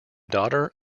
daughter